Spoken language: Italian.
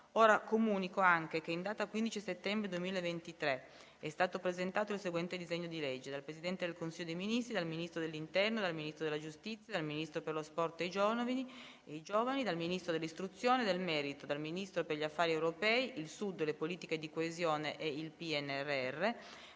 Comunico che in data 15 settembre 2023 è stato presentato il seguente disegno di legge: *dal Presidente del Consiglio dei ministri, dal Ministro dell'interno, dal Ministro della giustizia, dal Ministro per lo sport e i giovani, dal Ministro dell'istruzione e del merito, dal Ministro per gli affari europei, il Sud, le politiche di coesione e il PNRR,